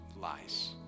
lies